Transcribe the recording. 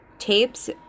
tapes